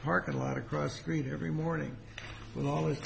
parking lot across the street every morning with all